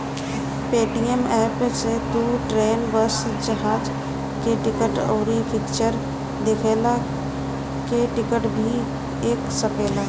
Paytm app से तू train, bus, जहाज के टिकट, अउरी फिक्चर देखला के टिकट भी कअ सकेला